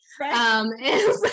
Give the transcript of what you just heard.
Right